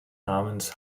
namens